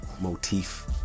motif